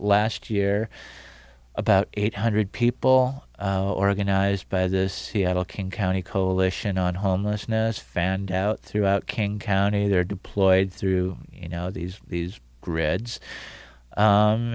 last year about eight hundred people organized by this seattle king county coalition on homelessness fanned out throughout king county they're deployed through you know these these grids